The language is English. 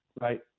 right